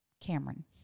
Cameron